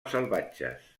salvatges